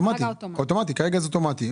כרגע זה אוטומטי.